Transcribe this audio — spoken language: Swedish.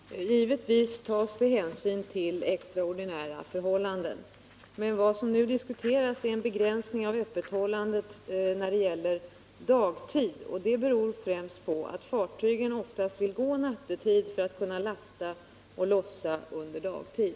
Herr talman! Givetvis tas det hänsyn till extraordinära förhållanden. Men vad som nu diskuteras är en begränsning av öppethållandet under dagtid. Det beror främst på att fartygen oftast vill gå nattetid för att kunna lasta och lossa under dagtid.